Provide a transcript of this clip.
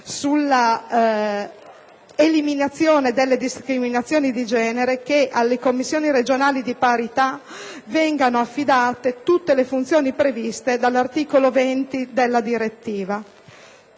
sull'eliminazione delle discriminazioni di genere, chiediamo che alle commissioni regionali di parità vengano affidate tutte le funzioni previste dall'articolo 20 della direttiva.